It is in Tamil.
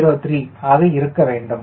03 ஆக இருக்க வேண்டும்